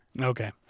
Okay